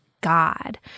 God